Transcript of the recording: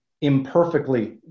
imperfectly